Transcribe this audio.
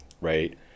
right